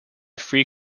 free